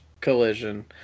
Collision